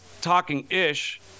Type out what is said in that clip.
talking-ish